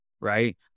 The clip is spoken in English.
right